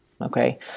Okay